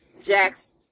Jax